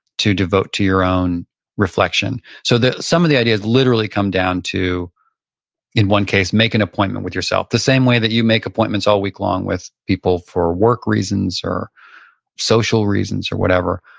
to devote to your own reflection. so some of the ideas literally come down to in one case, make an appointment with yourself. the same way that you make appointments all week long with people for work reasons, or social reasons, or whatever.